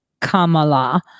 Kamala